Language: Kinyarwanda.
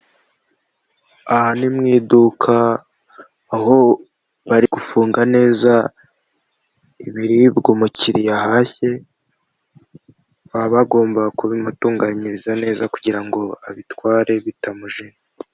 Aha ni mu iduka aho bari gufunga neza ibiribwa umukiriya ahashye baba bagomba kubimutunganyiriza neza kugira ngo abitware bitamujena.